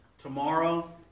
Tomorrow